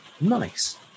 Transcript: nice